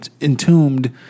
Entombed